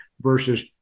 versus